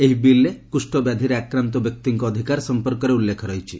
ଏହି ବିଲ୍ରେ କୁଷ୍ଠ ବ୍ୟାଧିରେ ଆକ୍ରାନ୍ତ ବ୍ୟକ୍ତିଙ୍କ ଅଧିକାର ସଂପର୍କରେ ଉଲ୍ଲେଖ ରହିଛି